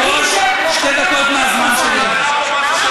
בינתיים שתי דקות מהזמן שלי הלכו.